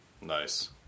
Nice